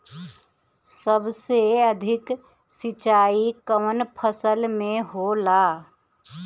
सबसे अधिक सिंचाई कवन फसल में होला?